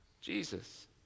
Jesus